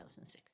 2006